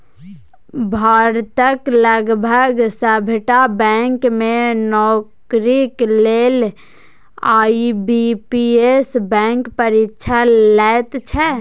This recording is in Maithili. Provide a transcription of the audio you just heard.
भारतक लगभग सभटा बैंक मे नौकरीक लेल आई.बी.पी.एस बैंक परीक्षा लैत छै